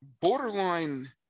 borderline